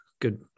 good